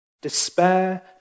Despair